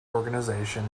organization